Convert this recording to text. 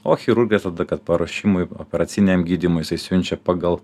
o chirurgas tada kad paruošimui operaciniam gydymui jisai siunčia pagal